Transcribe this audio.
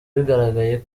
bigaragaye